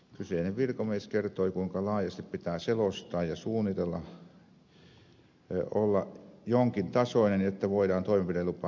kyseinen virkamies kertoi kuinka laajasti pitää selostaa ja suunnitella olla jonkin tasoinen että voidaan toimenpidelupa myöntää